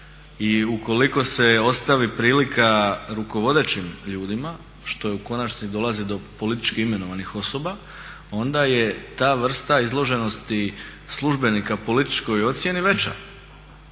I ukoliko se ostavi prilika rukovodećim ljudima što u konačnici dolazi do politički imenovanih osoba onda je ta vrsta izloženosti službenika političkoj ocjeni veća.